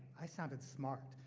i sounded smart.